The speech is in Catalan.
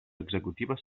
executives